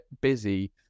busy